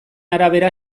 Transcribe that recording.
arabera